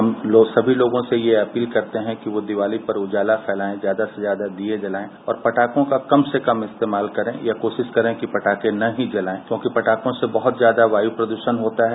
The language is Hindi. हम सभी लोगों से यह अपील करते हैं कि वे दीवाली पर उजाला फैलायें और ज्यादा ज्यादा से दीये जलायें और पटाखों का कम से कम इस्तेमाल करे या कोशिश करें की पटाखें न ही जलाये क्योंकि पटाखों से बहुत ही ज्यादा वायु प्रदूषण होता है